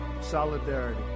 solidarity